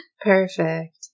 perfect